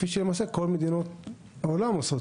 כפי שלמעשה כל מדינות העולם עושות.